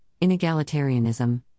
inegalitarianism